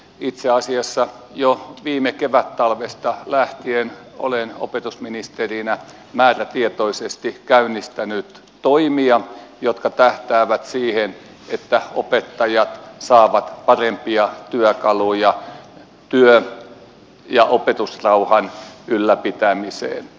itse asiassa jo viime kevättalvesta lähtien olen opetusministerinä määrätietoisesti käynnistänyt toimia jotka tähtäävät siihen että opettajat saavat parempia työkaluja työ ja opetusrauhan ylläpitämiseen